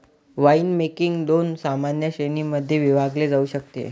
winemaking दोन सामान्य श्रेणीं मध्ये विभागले जाऊ शकते